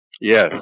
Yes